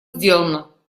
сделано